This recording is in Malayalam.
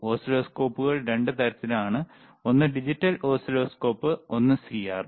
ഓസിലോസ്കോപ്പുകൾ 2 തരത്തിലാണ് ഒന്ന് ഡിജിറ്റൽ ഓസിലോസ്കോപ്പ് ഒന്ന് സിആർഒ